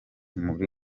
muri